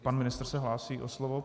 Pan ministr se hlásí o slovo.